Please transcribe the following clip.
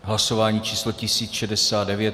Hlasování číslo 1069.